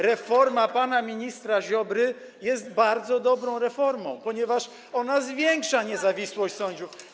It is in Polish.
Reforma pana ministra Ziobry jest bardzo dobrą reformą, ponieważ ona zwiększa niezawisłość sędziów.